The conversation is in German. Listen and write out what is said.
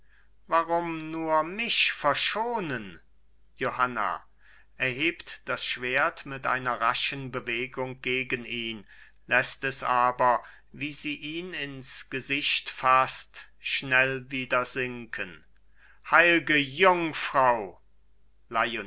warum nur mich verschonen johanna erhebt das schwert mit einer raschen bewegung gegen ihn läßt es aber wie sie ihn ins gesicht faßt schnell wieder sinken heilge jungfrau